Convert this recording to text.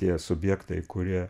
tie subjektai kurie